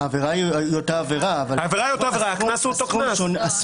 העבירה היא אותה עבירה אבל הסכום שונה.